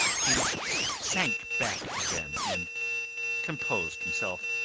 he sank back again, and composed himself.